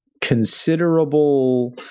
considerable